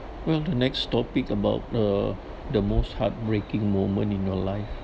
well the next topic about uh the most heartbreaking moment in your life